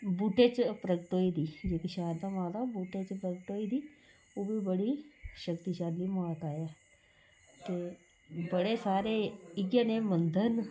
बूह्टे च प्रकट होई दी जेह्की शारदा माता ऐ ओह् बूहटे च प्रकट होई दी ओह् बी बड़ी शक्तिशाली माता ऐ ते बड़े सारे इ'यै नेह् मंदर न